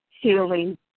healing